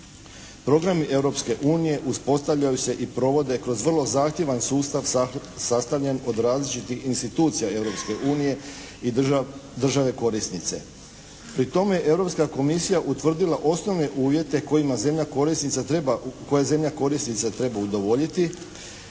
unije uspostavljaju se i provode kroz vrlo zahtjevan sustav sastavljen od različitih institucija Europske unije i države korisnice. Pri tome Europska Komisija utvrdila osnovne uvjete kojima zemlja korisnica treba, koje